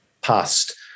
past